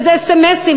איזה אס.אם.אסים,